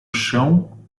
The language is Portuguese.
chão